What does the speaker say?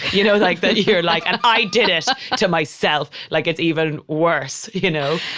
you know, like that you're like, and i did it to myself. like it's even worse. you know?